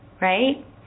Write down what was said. right